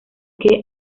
que